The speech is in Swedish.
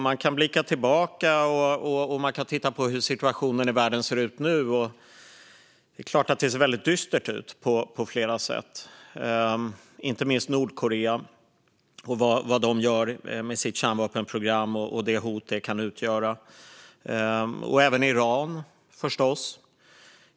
Man kan blicka tillbaka, och man kan titta på hur situationen i världen ser ut nu. Det är klart att det ser väldigt dystert ut på flera sätt. Det gäller inte minst Nordkorea och vad de gör med sitt kärnvapenprogram och det hot det kan utgöra. Det gäller förstås även Iran.